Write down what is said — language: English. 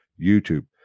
youtube